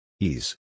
Ease